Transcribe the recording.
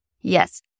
Yes